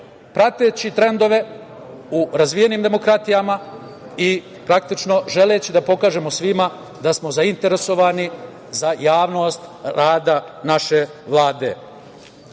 prateći trendove u razvijenim demokratijama i praktično želeći da pokažemo svima da smo zainteresovani za javnost rada naše Vlade. Želim